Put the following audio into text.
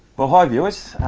well hi viewers. ah,